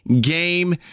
game